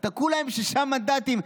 אתה כולה עם שישה מנדטים.